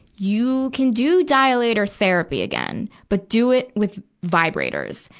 you can do dilator therapy again, but do it with vibrators.